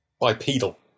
Bipedal